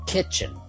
Kitchen